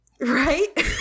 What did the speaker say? Right